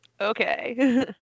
Okay